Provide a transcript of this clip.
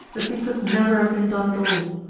the thing could never have been done at all.